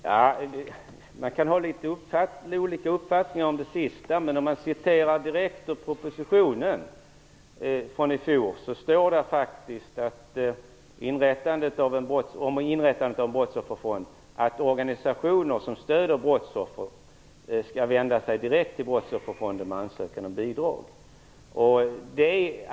Herr talman! Man kan ha litet olika uppfattning om det sistnämnda. Men i förra årets proposition om inrättande av en brottsofferfond står det faktiskt att organisationer som stöder brottsoffer skall vända sig direkt till Brottsofferfonden med ansökan om bidrag.